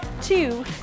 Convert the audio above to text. two